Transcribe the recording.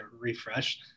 refresh